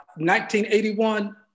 1981